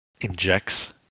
injects